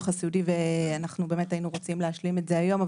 הסיעודי ואנחנו היינו רוצים להשלים את זה היום,